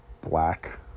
black